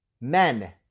men